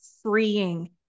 freeing